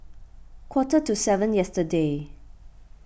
quarter to seven yesterday